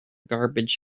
garbage